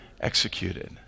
executed